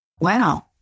Wow